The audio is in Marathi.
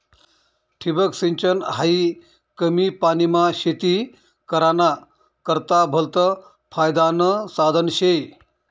ठिबक सिंचन हायी कमी पानीमा शेती कराना करता भलतं फायदानं साधन शे